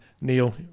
Neil